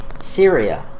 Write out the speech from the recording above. Syria